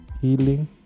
healing